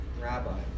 rabbi